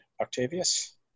Octavius